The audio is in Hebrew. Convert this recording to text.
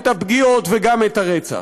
את הפגיעות וגם את הרצח.